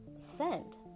send